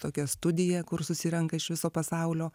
tokia studija kur susirenka iš viso pasaulio